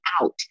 out